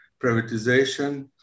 privatization